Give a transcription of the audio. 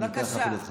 אני אקח רק דקה.